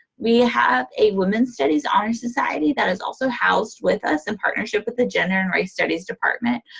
we have a women studies honor society that is also housed with us in partnership with the gender and race studies department.